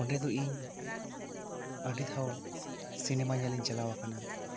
ᱚᱸᱰᱮ ᱫᱚ ᱤᱧ ᱟᱹᱰᱤ ᱫᱷᱟᱣ ᱥᱤᱱᱮᱢᱟ ᱧᱮᱞ ᱤᱧ ᱪᱟᱞᱟᱣ ᱟᱠᱟᱱᱟ